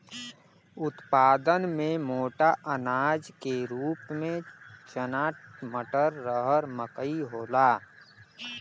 उत्पादन में मोटा अनाज के रूप में चना मटर, रहर मकई होला